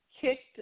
kicked